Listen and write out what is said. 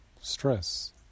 stress